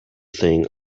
thing